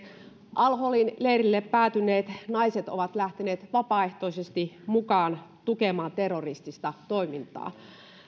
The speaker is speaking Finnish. al holin leirille päätyneet naiset ovat lähteneet vapaaehtoisesti mukaan tukemaan terroristista toimintaa